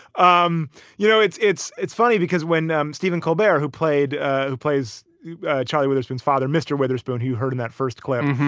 um you know, it's it's it's funny because when stephen colbert, who played who plays charlie witherspoon's father, mr. witherspoon, who you heard in that first clip,